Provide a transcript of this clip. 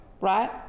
right